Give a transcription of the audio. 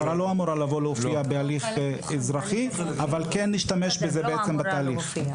המשטרה לא אמורה להופיע בהליך אזרחי אבל כן נשתמש בזה בתהליך.